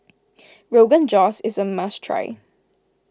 Rogan Josh is a must try